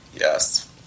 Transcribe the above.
Yes